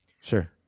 Sure